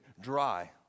dry